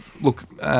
look